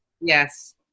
Yes